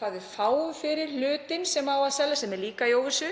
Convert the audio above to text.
hvað við fáum fyrir hlutinn sem á að selja, sem er líka í óvissu,